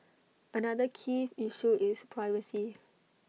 another key issue is privacy